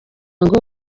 ngo